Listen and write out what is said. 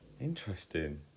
Interesting